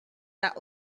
that